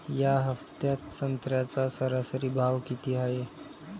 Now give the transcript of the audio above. या हफ्त्यात संत्र्याचा सरासरी भाव किती हाये?